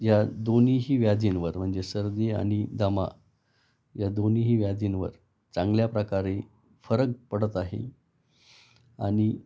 या दोन्हीही व्याधींवर म्हणजे सर्दी आणि दमा या दोन्हीही व्याधींवर चांगल्या प्रकारे फरक पडत आहे आणि